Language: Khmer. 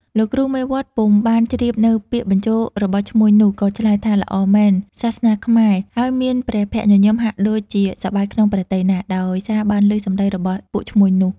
លោកគ្រូមេវត្តពុំបានជ្រាបនូវពាក្យបញ្ជោររបស់ឈ្មួញនោះ ក៏ឆ្លើយថា "ល្អមែន! សាសនាខ្មែរ" ហើយមានព្រះភក្ត្រញញឹមហាក់ដូចជាសប្បាយក្នុងព្រះទ័យណាស់ ដោយសារបានឮសំដីរបស់ពួកឈ្មួញនោះ។